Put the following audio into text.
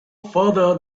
further